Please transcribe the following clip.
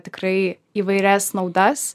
tikrai įvairias naudas